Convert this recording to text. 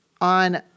on